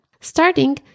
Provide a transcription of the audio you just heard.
Starting